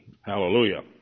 Hallelujah